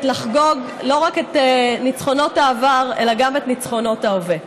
לחגוג לא רק את ניצחונות העבר אלא גם את ניצחונות ההווה.